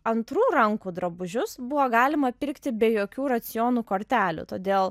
antrų rankų drabužius buvo galima pirkti be jokių racionų kortelių todėl